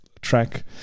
track